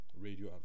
radio